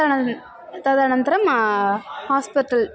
तदनन्तरं तदनन्तरं हास्पटल्